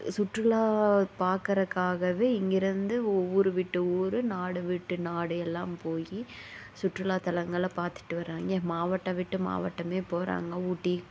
சுற்றுலா பார்க்கறக்காகவே இங்கேருந்து ஊர் விட்டு ஊர் நாடு விட்டு நாடு எல்லாம் போய் சுற்றுலா தலங்களை பார்த்துட்டு வராங்க மாவட்டம் விட்டு மாவட்டமே போகறாங்க ஊட்டி